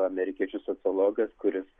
amerikiečių sociologas kuris